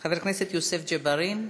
חבר הכנסת יוסף ג'בארין,